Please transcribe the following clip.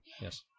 Yes